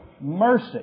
mercy